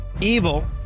Evil